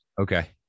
Okay